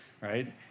right